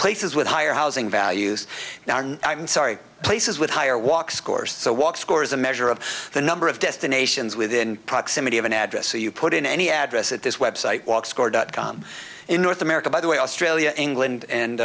places with higher housing values now i'm sorry places with higher walk score so walk score is a measure of the number of destinations within proximity of an address so you put in any address at this web site walk score dot com in north america by the way australia england and